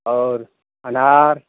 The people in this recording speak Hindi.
और अनार